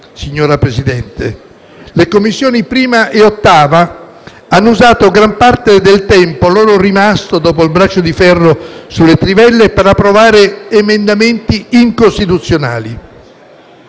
signora Presidente. Le Commissioni 1a e 8a hanno usato gran parte del tempo loro rimasto dopo il braccio di ferro sulle trivelle per approvare emendamenti incostituzionali.